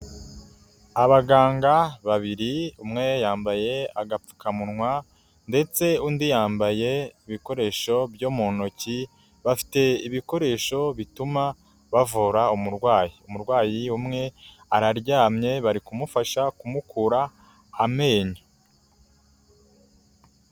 Abaganga babiri umwe yambaye agapfukamunwa ndetse undi yambaye ibikoresho byo mu ntoki, bafite ibikoresho bituma bavura umurwayi, umurwayi umwe araryamye bari kumufasha kumukura amenyo.